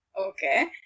Okay